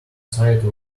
side